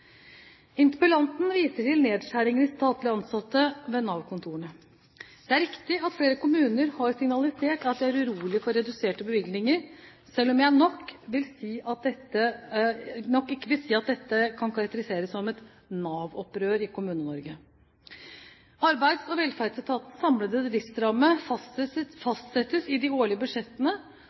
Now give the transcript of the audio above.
Interpellanten viser til nedskjæringer i statlig ansatte ved Nav-kontorene. Det er riktig at flere kommuner har signalisert at de er urolige for reduserte bevilgninger, selv om jeg nok ikke vil si at dette kan karakteriseres som et Nav-opprør i Kommune-Norge. Arbeids- og velferdsetatens samlede driftsramme fastsettes i de årlige budsjettene,